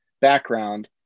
background